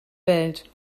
welt